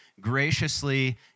graciously